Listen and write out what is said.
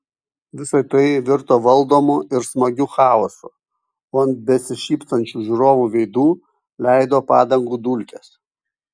visa tai virto valdomu ir smagiu chaosu o ant besišypsančių žiūrovų veidų leido padangų dulkes